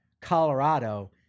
Colorado